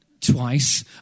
twice